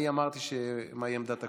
אני אמרתי מהי עמדת הקואליציה,